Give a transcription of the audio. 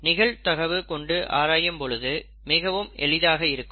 நிகழ்தகவு கொண்டு ஆராயும் பொழுது மிகவும் எளிதாக இருக்கும்